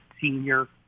senior